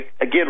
Again